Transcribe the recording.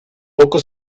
poco